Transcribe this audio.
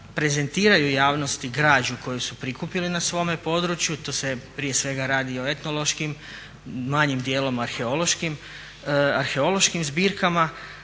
prezentiraju javnosti građu koju su prikupili na svome području, tu se prije svega nalazi o etnološkim, manjim dijelom arheološkim zbirkama